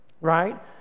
right